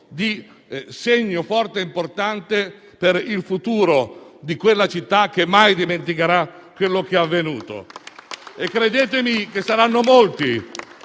un segno forte e importante per il futuro di quella città, che mai dimenticherà quello che è avvenuto. Credetemi, saranno molti